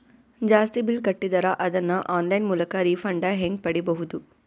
ಜಾಸ್ತಿ ಬಿಲ್ ಕಟ್ಟಿದರ ಅದನ್ನ ಆನ್ಲೈನ್ ಮೂಲಕ ರಿಫಂಡ ಹೆಂಗ್ ಪಡಿಬಹುದು?